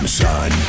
son